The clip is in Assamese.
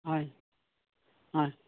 হয় হয়